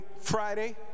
Friday